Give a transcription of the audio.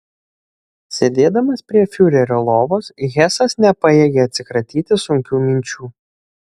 sėdėdamas prie fiurerio lovos hesas nepajėgė atsikratyti sunkių minčių